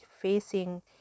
facing